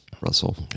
Russell